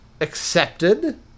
Accepted